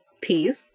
peas